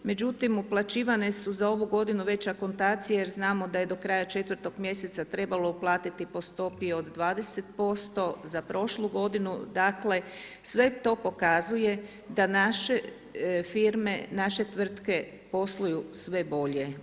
Međutim, uplaćivane su za ovu godinu veće akontacije, jer znamo da je do kraja 4. mjeseca trebalo uplatiti po stopi od 20% za prošlu godinu, dakle, sve to pokazuje da naše firme, naše tvrtke posluju sve bolje.